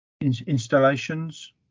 installations